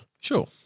Sure